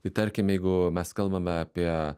tai tarkim jeigu mes kalbame apie